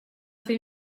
fer